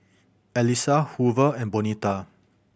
Elisa Hoover and Bonita